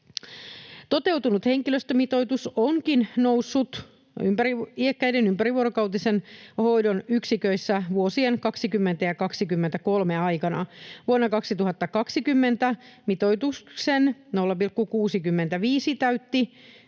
Toteutunut henkilöstömitoitus onkin noussut iäkkäiden ympärivuorokautisen hoidon yksiköissä vuosien 20—23 aikana. Vuonna 2020 mitoituksen 0,65 täytti